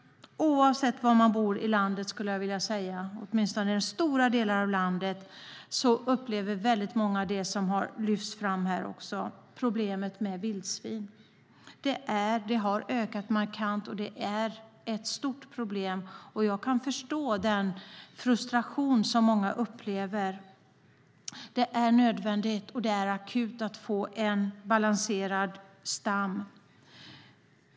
I stora delar av landet har man problem med vildsvin, vilket också har lyfts fram här. Vildsvinen har ökat markant, och det är ett stort problem. Jag kan förstå den frustration som många känner. Det är akut nödvändigt att få en balanserad stam.